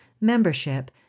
membership